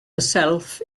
herself